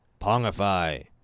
Pongify